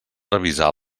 revisar